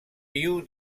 più